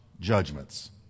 judgments